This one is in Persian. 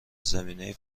زمینه